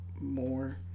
more